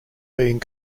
being